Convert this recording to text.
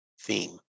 theme